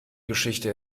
geschichte